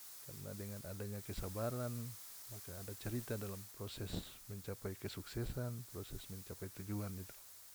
Karna dengan adanya kesabaran maka ada cerita dalam proses mencapai kesuksesan proses mencapai tujuan itu.